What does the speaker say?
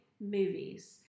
movies